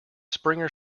springer